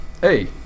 Hey